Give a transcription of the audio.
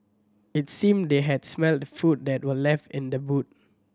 it seemed they had smelt the food that were left in the boot